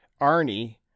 Arnie